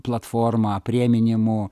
platforma aprėminimu